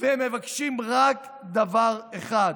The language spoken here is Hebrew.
והם מבקשים רק דבר אחד: